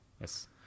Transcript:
Yes